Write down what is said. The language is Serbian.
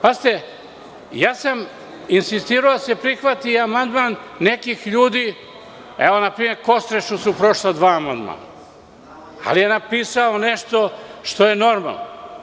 Pazite, insistirao sam da se prihvati amandman nekih ljudi, evo, npr. Kostrešu su prošla dva amandmana, ali je napisao nešto što je normalo.